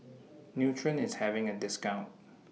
Nutren IS having A discount